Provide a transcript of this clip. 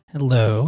Hello